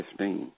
15